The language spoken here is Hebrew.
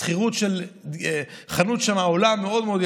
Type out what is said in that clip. שכירות של חנות שם יקרה מאוד מאוד.